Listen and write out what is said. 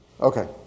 Okay